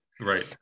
Right